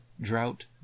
drought